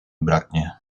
braknie